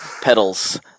Pedals